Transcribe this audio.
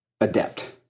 adept